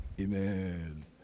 Amen